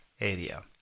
area